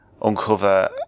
uncover